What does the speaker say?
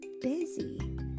busy